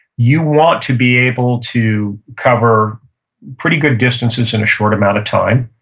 you want to be able to cover pretty good distances in a short amount of time.